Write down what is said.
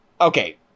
Okay